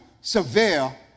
severe